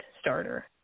starter